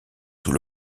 sous